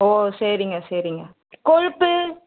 ஓ சரிங்க சரிங்க கொழுப்பு